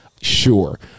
Sure